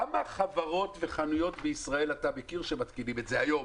כמה חברות וחנויות בישראל אתה מכיר שמתקינים את זה היום?